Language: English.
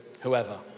whoever